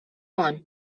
one